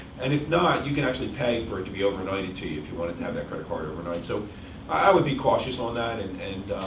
and if not, you can actually pay for it to be overnighted to you, if you wanted to have that credit card overnight. so i would be cautious on that, and and